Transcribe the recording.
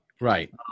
Right